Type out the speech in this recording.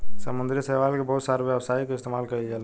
समुंद्री शैवाल के बहुत सारा व्यावसायिक इस्तेमाल कईल जाला